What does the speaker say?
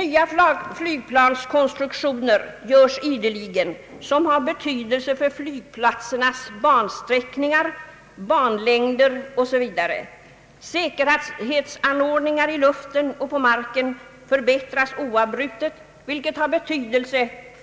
Nya flygplanskonstruktioner görs ideligen med betydelse för flygplatsernas bansträckningar, banlängder m.m. Säkerhetsanordningarna i luften och på marken förbättras oavbrutet, vilket är av vikt